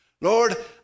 Lord